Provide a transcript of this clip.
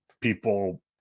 people